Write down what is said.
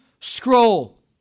scroll